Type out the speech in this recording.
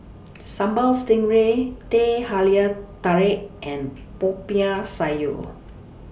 Sambal Stingray Teh Halia Tarik and Popiah Sayur